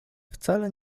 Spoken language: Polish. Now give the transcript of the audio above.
wcale